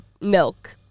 milk